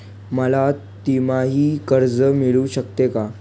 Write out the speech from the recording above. मला तिमाही कर्ज मिळू शकते का?